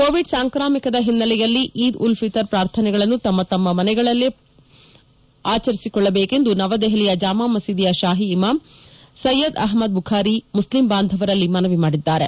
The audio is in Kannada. ಕೋವಿಡ್ ಸಾಂಕಾ್ರಮಿಕದ ಹಿನ್ನೆಲೆಯಲ್ಲಿ ಈದ್ ಉಲ್ ಫಿತರ್ ಪ್ರಾರ್ಥನೆಗಳನ್ನು ತಮ್ಮ ತಮ್ಮ ಮನೆಗಳಲ್ಲೇ ಮಾಡಿಕೊಳ್ಳಬೇಕೆಂದು ನವದೆಹಲಿಯ ಜಾಮಾ ಮಸೀದಿಯ ಶಾಹಿ ಇಮಾಮ್ ಸಯ್ಯದ್ ಅಹ್ಮದ್ ಬುಖಾರಿ ಅವರು ಮುಸ್ಲಿಂ ಬಾಂಧವರಲ್ಲಿ ಮನವಿ ಮಾಡಿದ್ದಾರೆ